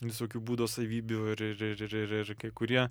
visokių būdo savybių ir ir ir ir kai kurie